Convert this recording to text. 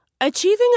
Achieving